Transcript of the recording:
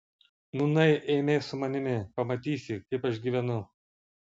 nūnai eime su manimi pamatysi kaip aš gyvenu